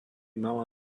mala